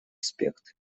аспект